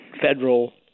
federal